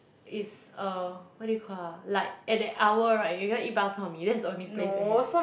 is uh what do you call ah like at that hour right you want to eat Bak-Chor-Mee that's the only place that have